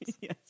Yes